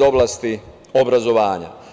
oblasti obrazovanja.